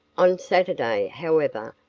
on saturday, however,